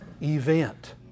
event